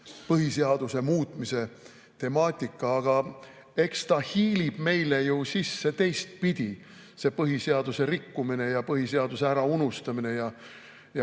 põhiseaduse muutmise temaatika. Aga eks ta hiilib meile ju sisse teistpidi, see põhiseaduse rikkumine ja põhiseaduse äraunustamine ja